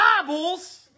Bibles